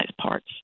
parts